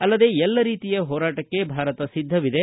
ಅಲ್ಲದೇ ಎಲ್ಲ ರೀತಿಯ ಹೋರಾಕ್ಕೆ ಭಾರತ ಸಿದ್ದವಿದೆ